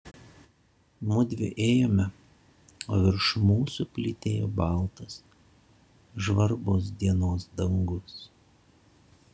mudvi ėjome o virš mūsų plytėjo baltas žvarbus dienos dangus